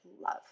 love